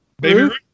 baby